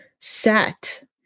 set